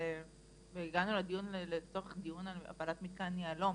והגענו לצורך דיון הפעלת מתקן יהלו"ם.